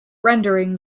rendering